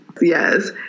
Yes